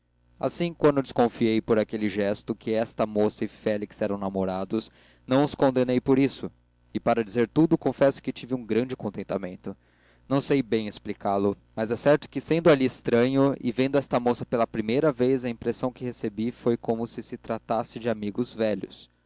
assim quando desconfiei por aquele gesto que esta moça e félix eram namorados não os condenei por isso e para dizer tudo confesso que tive um grande contentamento não sei bem explicá lo mas é certo que sendo ali estranho e vendo esta moça pela primeira vez a impressão que recebi foi como se tratasse de amigos velhos